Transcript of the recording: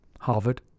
harvard